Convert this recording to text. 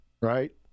right